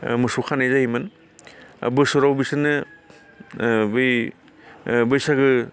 ओ मोसौ खानाय जायोमोन बोसोराव बिसोरनो ओ बै ओ बैसागो